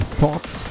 Thoughts